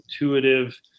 intuitive